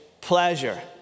pleasure